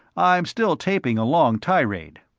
i'm still taping a long tirade.